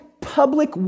public